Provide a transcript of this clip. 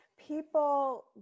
People